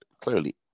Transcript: clearly